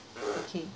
okay